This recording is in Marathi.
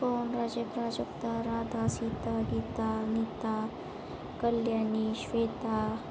पवन राजे प्राजक्ता राधा सीता गीता नीता कल्यानी श्वेता